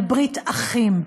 על ברית אחים,